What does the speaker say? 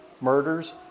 murders